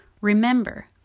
Remember